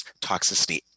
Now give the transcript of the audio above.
toxicity